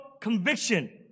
conviction